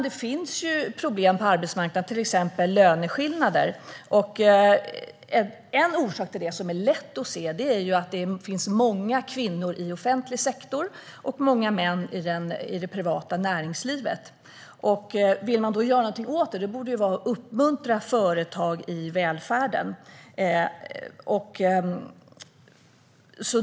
Det finns problem på arbetsmarknaden, till exempel i form av löneskillnader, och en orsak till det som är lätt att se är att det finns många kvinnor i offentlig sektor och många män i det privata näringslivet. Vill man då göra någonting åt detta borde man uppmuntra företag i välfärden.